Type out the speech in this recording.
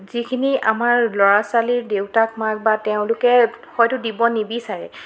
যিখিনি আমাৰ ল'ৰা ছোৱালীৰ দেউতাক মাক বা তেওঁলোকে হয়তো দিব নিবিচাৰে